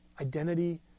identity